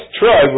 try